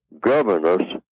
governors